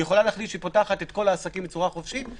היא יכולה להחליט שהיא פותחת את כל העסקים בצורה חופשית אבל